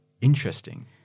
interesting